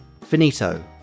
Finito